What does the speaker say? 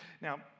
Now